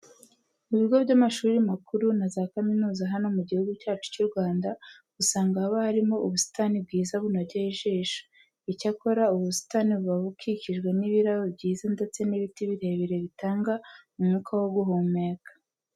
Mu bigo by'amashuri makuru na za kaminuza za hano mu Gihugu cyacu cy'u Rwanda, usanga haba harimo ubusitani bwiza bunogeye ijisho. Icyakora ubu busitani buba bukikijwe n'ibirabo byiza ndetse n'ibiti birebire bitanga umwuka wo guhumeka.